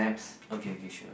okay okay sure